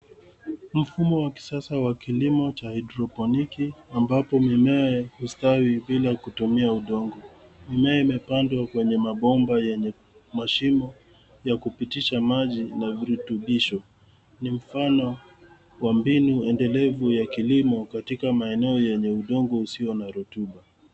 Mfumo wa kisasa wa kilimo cha hydroponiki ambapo mimea hustawi bila kutumia udongo. Mimea imepandwa kwenye mabomba yenye mashimo ya kupitisha maji na virutubisho. Ni mfano wa mbinu endelevu ya kilimo katika maeneo yenye udongo usio na rutuba.